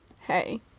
hey